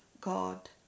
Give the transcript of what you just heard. God